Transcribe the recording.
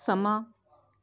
ਸਮਾਂ